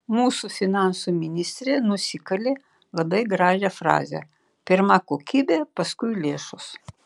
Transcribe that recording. mūsų finansų ministrė nusikalė labai gražią frazę pirma kokybė paskui lėšos